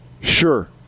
Sure